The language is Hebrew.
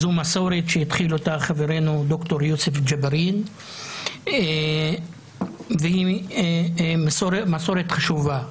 זו מסורת שהחל אותה חברינו ד"ר יוסף ג'בארין והיא מסורת חשובה.